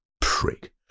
Prick